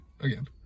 Again